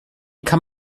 kann